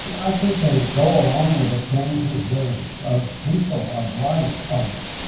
i think they go along with the changes of of people, of life, of